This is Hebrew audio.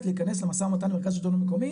להיכנס למשא ומתן של מרכז השילטון המקומי.